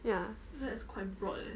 ya